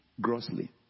grossly